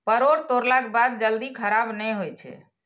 परोर तोड़लाक बाद जल्दी खराब नहि होइ छै